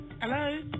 Hello